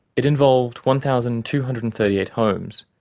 it involved one thousand two hundred and thirty eight homes,